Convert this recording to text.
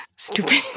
Stupid